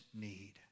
need